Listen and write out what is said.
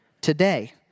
Today